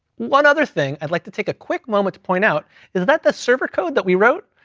one other thing i'd like to take a quick moment to point out is that the server code that we wrote,